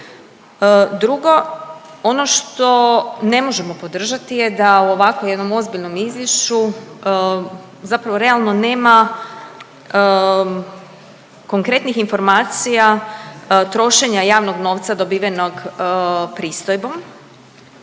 Drugo ono što ne možemo podržati je da u ovako jednom ozbiljnom izvješću zapravo realno nema konkretnih informacija trošenja javnog novca dobivenog pristojbom